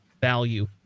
value